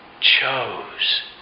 chose